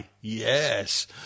Yes